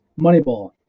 Moneyball